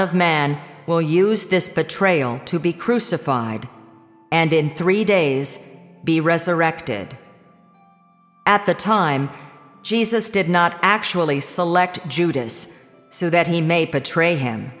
of man will use this betrayal to be crucified and in three days be resurrected at the time jesus did not actually select judas so that he made to train him